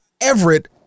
Everett